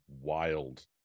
wild